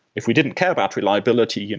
if we didn't care about reliability, and